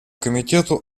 комитету